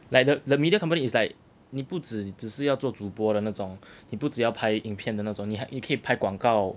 like the the media company is like 你不只只是要做主播的那种你不只要拍影片的那种你还你可以拍广告